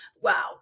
Wow